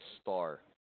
star